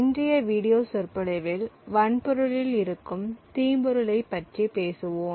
இன்றைய வீடியோ சொற்பொழிவில் வன்பொருளில் இருக்கும் தீம்பொருளைப் பற்றி பேசுவோம்